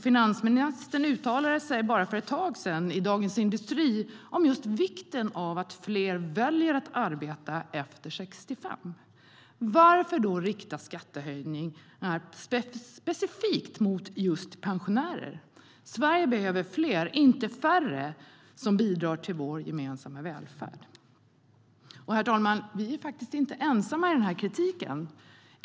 Finansministern uttalade sig för ett tag sedan i Dagens Industri om vikten av att fler väljer att arbeta efter 65.Herr talman! Vi är faktiskt inte ensamma om den här kritiken.